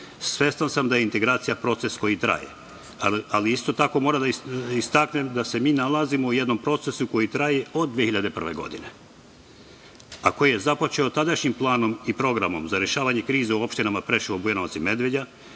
je da je integracija proces koji traje, ali isto tako moram da istaknem da se mi nalazimo u jednom procesu koji traje od 2001. godine, a koji je započeo tadašnjim planom i programom za rešavanje krize u opštinama Preševo, Bujanovac i Medveđa,